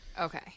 Okay